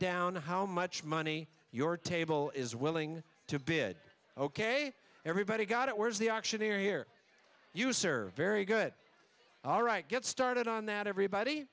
down how much money your table is willing to bid ok everybody got it where's the auctioneer here you sir very good all right get started on that everybody